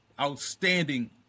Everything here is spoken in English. outstanding